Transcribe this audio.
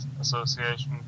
association